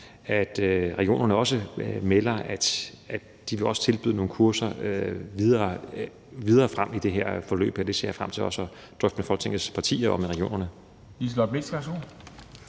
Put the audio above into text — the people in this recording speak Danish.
at regionerne melder, at de også vil tilbyde nogle kurser videre frem i det her forløb, og det ser jeg frem til at drøfte med Folketingets partier og med regionerne.